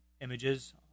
images